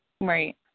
Right